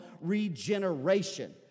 regeneration